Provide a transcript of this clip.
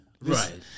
Right